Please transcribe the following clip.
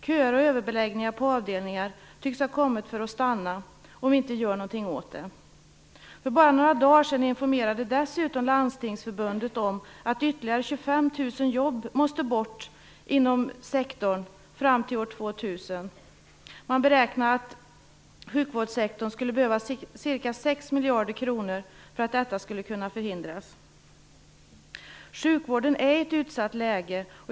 Köer och överbeläggningar på avdelningar tycks ha kommit för att stanna om vi inte gör någonting åt det. För bara några dagar sedan informerade dessutom Landstingsförbundet om att ytterligare 25 000 jobb måste bort inom sektorn fram till år 2000. Man beräknar att sjukvårdssektorn skulle behöva ca 6 miljarder kronor för att detta skulle kunna förhindras. Sjukvården är i ett utsatt läge.